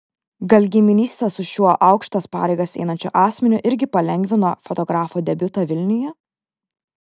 gal giminystė su šiuo aukštas pareigas einančiu asmeniu irgi palengvino fotografo debiutą vilniuje